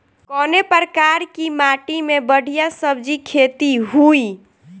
कवने प्रकार की माटी में बढ़िया सब्जी खेती हुई?